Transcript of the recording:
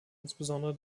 insbesondere